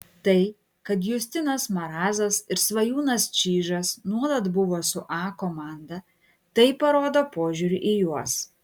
tai kad justinas marazas ir svajūnas čyžas nuolat buvo su a komanda tai parodo požiūrį į juos